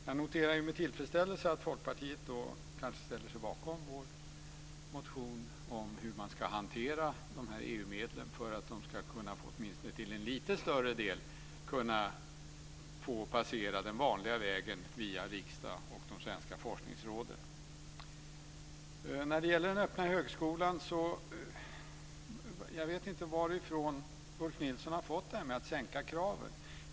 Jag noterade med tillfredsställelse att Folkpartiet kanske ställer sig bakom vår motion om hur man ska hantera EU-medlen för att de åtminstone till en lite större del ska kunna få passera den vanliga vägen via riksdagen och de svenska forskningsråden. Jag vet inte varifrån Ulf Nilsson har fått detta med att vi vill sänka kraven när det gäller den öppna högskolan.